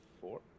four